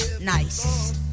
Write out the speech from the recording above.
Nice